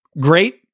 great